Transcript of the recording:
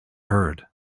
heard